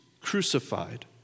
crucified